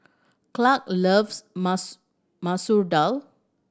Clarke loves Masoor Masoor Dal